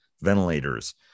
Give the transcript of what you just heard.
ventilators